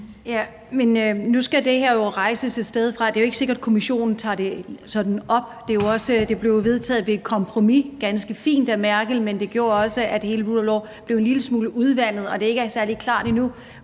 Ja, men nu skal det her jo rejses et sted fra, det er jo ikke sikkert, Kommissionen tager det op. Det blev jo vedtaget ved et kompromis ganske fint af Merkel, men det gjorde også, at hele rule of law blev en lille smule udvandet, og at det ikke er særlig klart endnu,